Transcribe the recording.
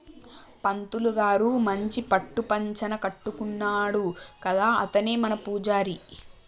పంతులు గారు మంచి పట్టు పంచన కట్టుకున్నాడు కదా అతనే మన పూజారి